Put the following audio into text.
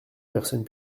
personnes